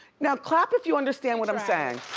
now clap if you understand what i'm saying.